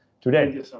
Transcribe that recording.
today